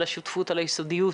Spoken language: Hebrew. על השותפות ועל היסודיות,